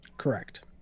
correct